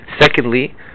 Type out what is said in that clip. Secondly